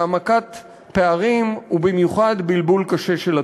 העמקת פערים ובמיוחד בלבול קשה של התודעה.